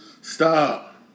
stop